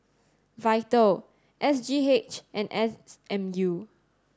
VITAL S G H and S M U